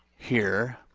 here.